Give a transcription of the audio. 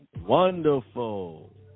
wonderful